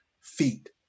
feet